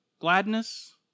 gladness